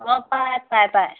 অঁ পায় পায় পায়